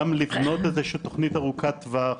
גם לבנות איזושהי תוכנית ארוכת טווח,